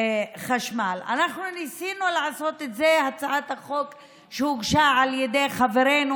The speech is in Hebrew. ניסינו לפרק אותו כבר כמה